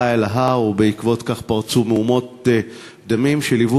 עלה אל ההר ובעקבות כך פרצו מהומות דמים שליוו